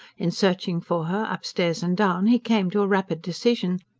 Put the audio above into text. in searching for her, upstairs and down, he came to a rapid decision.